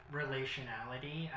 relationality